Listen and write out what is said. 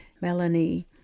Melanie